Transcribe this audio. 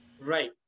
Right